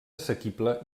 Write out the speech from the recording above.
assequible